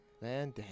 Man